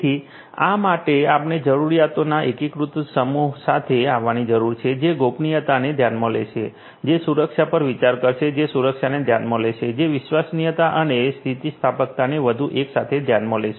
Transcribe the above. તેથી આ માટે આપણે જરૂરિયાતોના એકીકૃત સમૂહ સાથે આવવાની જરૂર છે જે ગોપનીયતાને ધ્યાનમાં લેશે જે સુરક્ષા પર વિચાર કરશે જે સુરક્ષાને ધ્યાનમાં લેશે જે વિશ્વસનીયતા અને સ્થિતિસ્થાપકતાને બધું એકસાથે ધ્યાનમાં લેશે